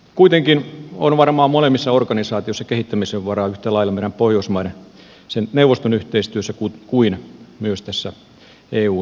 kuitenkin on varmaan molemmissa organisaatioissa kehittämisen varaa yhtä lailla meidän pohjoismaiden neuvoston yhteistyössä kuin tässä eun suunnassakin